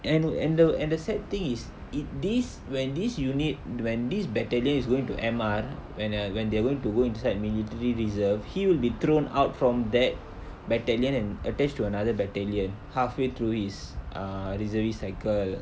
and and the and the sad thing is it this when this unit when this battalion is going to M_R when err when they are going to go inside military reserved he'll be thrown out from that battalion and attached to another battalion halfway through his uh reservist cycle